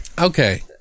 okay